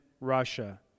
Russia